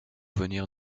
venir